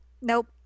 nope